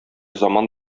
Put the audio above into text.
заман